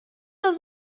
das